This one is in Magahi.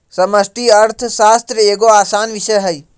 समष्टि अर्थशास्त्र एगो असान विषय हइ